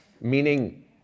meaning